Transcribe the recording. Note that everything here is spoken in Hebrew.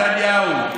נתניהו.